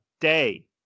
day